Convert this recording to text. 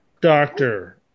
Doctor